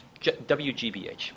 WGBH